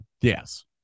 Yes